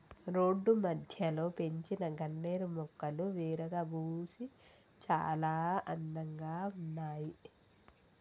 road మధ్యలో పెంచిన గన్నేరు మొక్కలు విరగబూసి చాలా అందంగా ఉన్నాయి